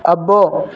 అబ్బో